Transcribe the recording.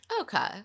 Okay